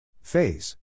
phase